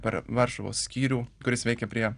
per varšuvos skyrių kuris veikia prie